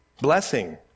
blessing